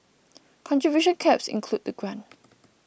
contribution caps include the grant